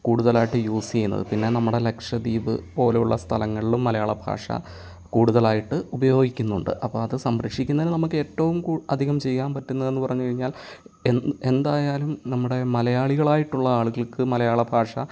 കൂടുതലായിട്ട് യൂസ് ചെയ്യുന്നത് പിന്നെ നമ്മുടെ ലക്ഷദ്വീപ് പോലെയുള്ള സ്ഥലങ്ങളിലും മലയാളഭാഷ കൂടുതലായിട്ട് ഉപയോഗിക്കുന്നുണ്ട് അപ്പം അത് സംരക്ഷിക്കുന്നതിന് നമുക്ക് ഏറ്റവും കൂ അധികം ചെയ്യാൻ പറ്റുന്നതെന്ന് പറഞ്ഞു കഴിഞ്ഞാൽ എന്തായാലും നമ്മുടെ മലയാളികളായിട്ടുള്ള ആളുകൾക്ക് മലയാളഭാഷ